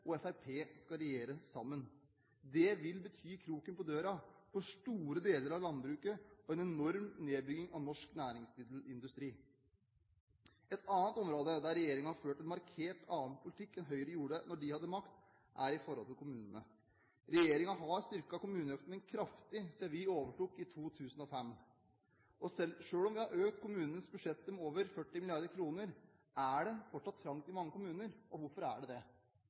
og Fremskrittspartiet skal regjere sammen. Det vil bety kroken på døra for store deler av landbruket, og en enorm nedbygging av norsk næringsmiddelindustri. Et annet område der regjeringen har ført en markert annen politikk enn det Høyre gjorde da de hadde makt, er når det gjelder kommunene. Regjeringen har styrket kommuneøkonomien kraftig siden vi overtok i 2005. Selv om vi har økt kommunenes budsjetter med over 40 mrd. kr, er det fortsatt trangt i mange kommuner, og hvorfor er det det?